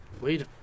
wait